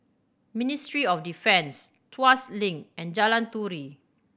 Ministry of Defence Tuas Link and Jalan Turi